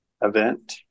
event